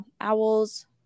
owls